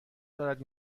دارد